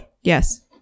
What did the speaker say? Yes